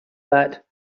that